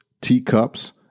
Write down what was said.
teacups